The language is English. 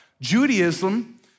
Judaism